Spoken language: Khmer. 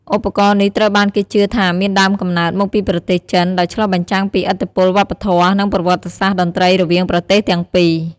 ឧបករណ៍នេះត្រូវបានគេជឿថាមានដើមកំណើតមកពីប្រទេសចិន ដោយឆ្លុះបញ្ចាំងពីឥទ្ធិពលវប្បធម៌ និងប្រវត្តិសាស្ត្រតន្ត្រីរវាងប្រទេសទាំងពីរ។